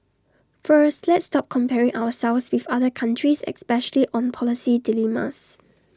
first let's stop comparing ourselves with other countries especially on policy dilemmas